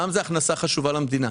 מע"מ הוא הכנסה חשובה למדינה,